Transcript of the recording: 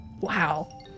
wow